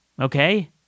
Okay